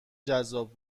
جذاب